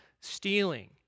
stealing